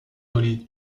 relie